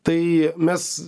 tai mes